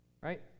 Right